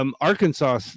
Arkansas